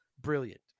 Brilliant